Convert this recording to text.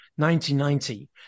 1990